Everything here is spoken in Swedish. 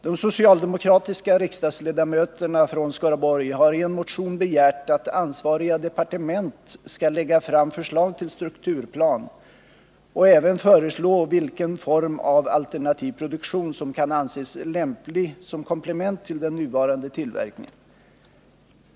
De socialdemokratiska riksdagsledamöterna från Skaraborg har i en motion begärt att ansvariga departement skall lägga fram förslag till strukturplan och även föreslå vilken form av alternativ produktion som kan anses lämplig som komplement till den nuvarande tillverkningen.